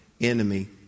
enemy